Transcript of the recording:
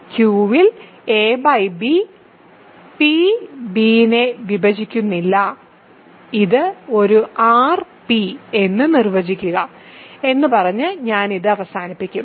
Q യിൽ ab p b യെ വിഭജിക്കുന്നില്ല ഇത് ഒരു Rp എന്ന് നിർവചിക്കുക എന്ന് പറഞ്ഞ് ഞാൻ ഇത് അവസാനിപ്പിക്കും